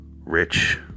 rich